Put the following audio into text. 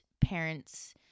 parents